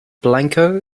blanco